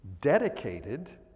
dedicated